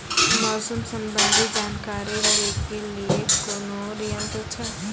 मौसम संबंधी जानकारी ले के लिए कोनोर यन्त्र छ?